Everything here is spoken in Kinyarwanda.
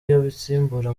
y’abasimbura